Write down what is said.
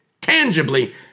tangibly